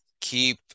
keep